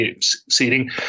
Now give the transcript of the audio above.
seating